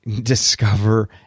discover